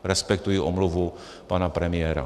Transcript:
Respektuji omluvu pana premiéra.